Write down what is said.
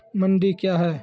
मंडी क्या हैं?